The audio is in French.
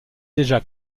déjà